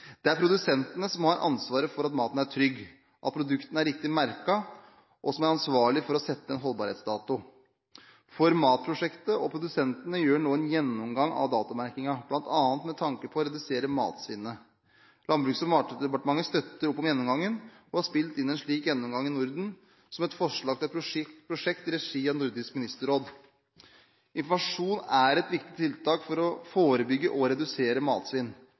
produsentene som har ansvaret for at maten er trygg, for at produktene er riktig merket og for å sette en holdbarhetsdato. ForMat-prosjektet og produsentene har nå en gjennomgang av datomerkingen, bl.a. med tanke på å redusere matsvinnet. Landbruks- og matdepartementet støtter opp om gjennomgangen og har spilt inn en slik gjennomgang i Norden som et forslag til et prosjekt i regi av Nordisk ministerråd. Informasjon er et viktig tiltak for å forebygge og redusere matsvinn.